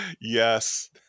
Yes